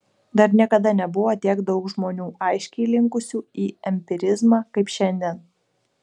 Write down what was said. dar niekada nebuvo tiek daug žmonių aiškiai linkusių į empirizmą kaip šiandien